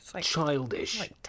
Childish